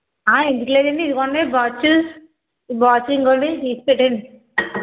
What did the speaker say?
ఎందుకు లేదండి ఇదిగో అండి బాక్స్ ఈ బాక్స్ ఇదిగో అండి తీసి పెట్టేయండి